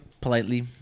politely